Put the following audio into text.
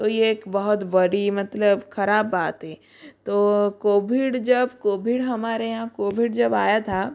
तो यह एक बहुत बड़ी मतलब ख़राब बात है तो कोभिड जब कोभिड हमारे यहाँ कोभिड जब आया था